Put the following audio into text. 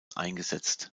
eingesetzt